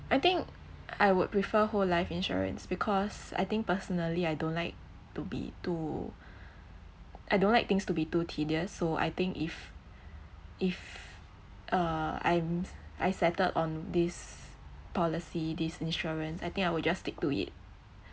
I think I would prefer whole life insurance because I think personally I don't like to be too I don't like things to be too tedious so I think if if uh I'm I settled on this policy this insurance I think I will just stick to it